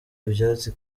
ibyatsi